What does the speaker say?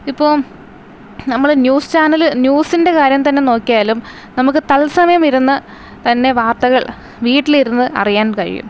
ഇപ്പം നമ്മൾ news channel ന്യൂസിൻ്റെ കാര്യം തന്നെ നോക്കിയാലും നമുക്ക് തത്സമയം ഇരുന്ന് തന്നെ വാർത്തകൾ വീട്ടിലിരുന്ന് അറിയാൻ കഴിയും